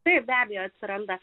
tai be abejo atsiranda